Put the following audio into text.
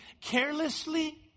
carelessly